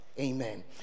Amen